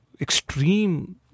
extreme